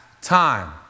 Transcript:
time